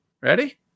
Ready